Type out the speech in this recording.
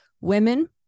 women